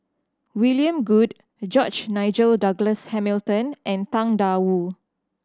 William Goode George Nigel Douglas Hamilton and Tang Da Wu